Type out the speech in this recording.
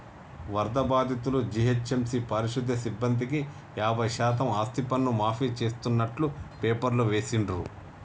వరద బాధితులు, జీహెచ్ఎంసీ పారిశుధ్య సిబ్బందికి యాభై శాతం ఆస్తిపన్ను మాఫీ చేస్తున్నట్టు పేపర్లో వేసిండ్రు